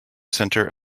center